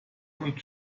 und